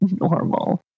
normal